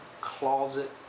closet